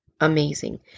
Amazing